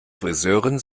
friseurin